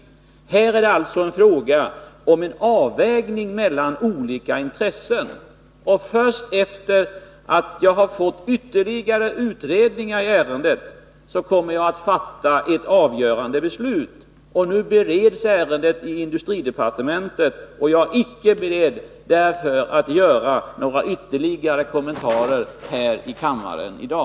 Här är det alltså fråga om en avvägning mellan olika intressen, och först efter det att det har gjorts ytterligare utredningar i ärendet, kommer jag att fatta beslut. Nu bereds ärendet i industridepartementet, och jag är därför inte beredd att göra några ytterligare kommentarer här i kammaren i dag.